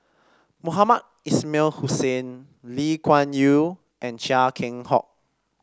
Mohamed Ismail Hussain Lee Kuan Yew and Chia Keng Hock